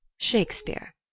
Shakespeare